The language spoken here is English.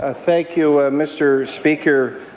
ah thank you, mr. speaker.